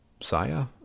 Saya